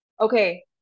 Okay